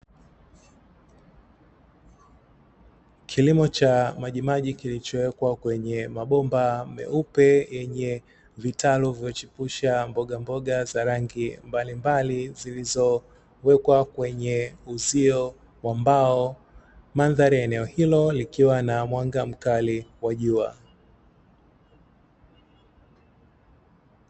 Kilimo cha majimaji kilichowekwa kwenye mabomba meupe yenye vitalu vilivyochipusha mbogamboga za rangi mbalimbali, zilizowekwa kwenye uzio wa mbao madhari ya eneo hilo likiwa na mwanga mkali wa jua.